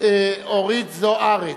אורית זוארץ.